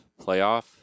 playoff